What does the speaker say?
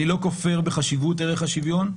אני לא כופר בחשיבות ערך השוויון.